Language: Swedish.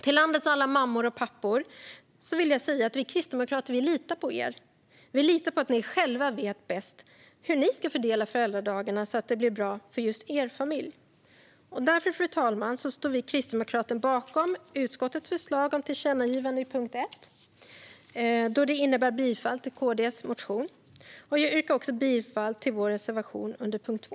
Till landets alla mammor och pappor vill jag säga: Vi kristdemokrater litar på er. Vi litar på att ni själva vet bäst hur ni ska fördela föräldradagarna så att det blir bra för just er familj. Fru talman! Därför står vi kristdemokrater bakom utskottets förslag under punkt 1, då det innebär bifall till KD:s motion. Jag yrkar också bifall till vår reservation under punkt 2.